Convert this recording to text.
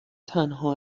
تنها